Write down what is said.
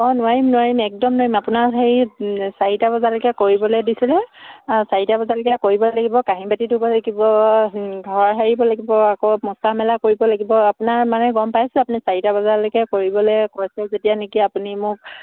অঁ নোৱাৰিম নোৱাৰিম একদম নোৱাৰিম আপোনাৰ হেৰি চাৰিটা বজালৈকে কৰিবলৈ দিছিলে চাৰিটা বজালৈকে কৰিব লাগিব কাঁহী বাতি ধুব লাগিব ঘৰ সাৰিব লাগিব আকৌ মোচা মেলা কৰিব লাগিব আপোনাৰ মানে গম পাইছো আপুনি চাৰিটা বজালৈকে কৰিবলৈ কৈছে যেতিয়া নেকি আপুনি মোক